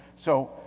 so,